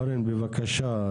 אורן, בבקשה.